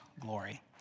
glory